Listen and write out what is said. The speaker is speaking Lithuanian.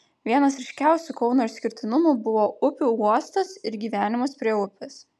vienas ryškiausių kauno išskirtinumų buvo upių uostas ir gyvenimas prie upės